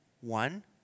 one